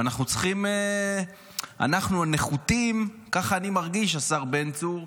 אנחנו הנחותים, ככה אני מרגיש, השר בן צור.